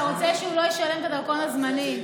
אתה רוצה שהוא לא ישלם את הדרכון הזמני.